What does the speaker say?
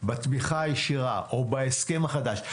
בתמיכה הישירה או בהסכם החדש.